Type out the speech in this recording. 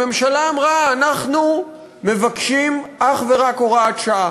הממשלה אמרה: אנחנו מבקשים אך ורק הוראת שעה,